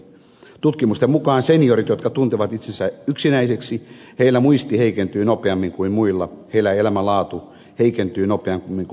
tutkimusten mukaan senioreilla jotka tuntevat itsensä yksinäisiksi muisti heikentyy nopeammin kuin muilla heillä elämänlaatu heikentyy nopeammin kuin muilla